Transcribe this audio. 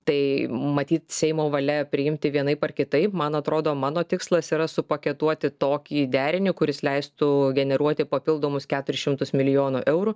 tai matyt seimo valia priimti vienaip ar kitaip man atrodo mano tikslas yra supaketuoti tokį derinį kuris leistų generuoti papildomus keturis šimtus milijonų eurų